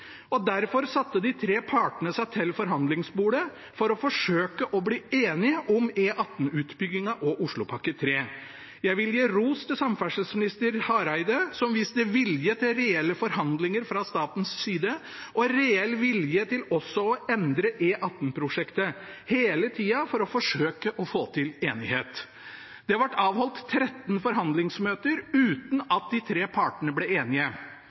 Og derfor satte de tre partene seg til forhandlingsbordet for å forsøke å bli enige om E18-utbyggingen og Oslopakke 3. Jeg vil rose samferdselsminister Hareide, som viste vilje til reelle forhandlinger fra statens side, og reell vilje til også å endre E18-prosjektet – hele tida for å forsøke å få til enighet. Det ble avholdt 13 forhandlingsmøter uten at de tre partene ble enige.